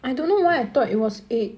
I don't know why I thought it was eight